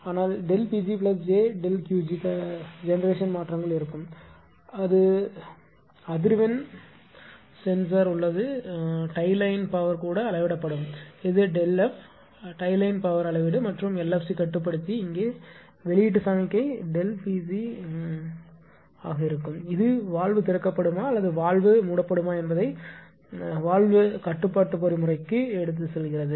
எனவே ΔP gjΔQ g தலைமுறை மாற்றங்கள் இருக்கும் அது சொல்லும் அதிர்வெண் சென்சார் உள்ளது டை லைன் பவர் கூட அளவிடப்படும் இது ΔF டை லைன் பவர் அளவீடு மற்றும் LFC கட்டுப்படுத்தி இங்கே வெளியீட்டு சமிக்ஞை ΔP C ஆக இருக்கும் இது வால்வு திறக்கப்படுமா அல்லது வால்வு யாக மூடப்படுமா என்பதை வால்வு கட்டுப்பாட்டு பொறிமுறைக்கு செல்லும்